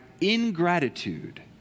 ingratitude